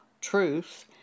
truth